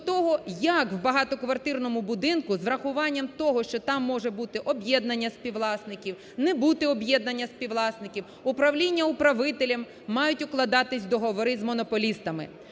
як в багатоквартирному будинку з врахуванням того, що там може бути об'єднання співвласників, не бути об'єднання співвласників, управління управителем, мають укладатись договори з монополістами.